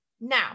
Now